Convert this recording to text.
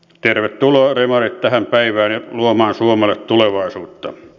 tervetuloa demarit tähän päivään ja luomaan suomelle tulevaisuutta